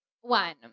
one